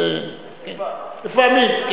לפעמים.